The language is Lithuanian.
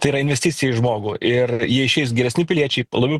tai yra investicija į žmogų ir jie išeis geresni piliečiai labiau